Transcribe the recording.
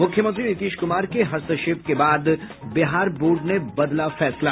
मुख्यमंत्री नीतीश कुमार के हस्तक्षेप के बाद बिहार बोर्ड ने बदला फैसला